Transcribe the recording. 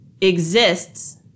exists